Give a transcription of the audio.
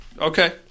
Okay